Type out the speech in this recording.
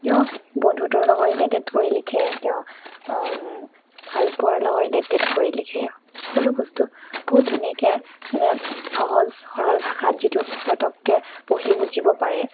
তেওঁ বন্ধুত্বৰ লগত ৰিলেটেড কৰি লিখে তেওঁ ভালপোৱাৰ লগত ৰিলেটেড কৰি লিখে সকলো বস্তু বহুত ধুনীয়াকৈ মানে সহজ সৰল ভাষাত যিটো পতককৈ পঢ়ি বুজিব পাৰে